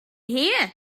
here